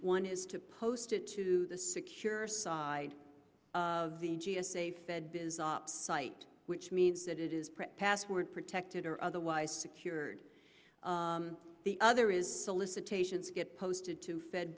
one is to post it to the secure side of the g s a said bizarre site which means that it is password protected or otherwise secured the other is solicitations get posted to fed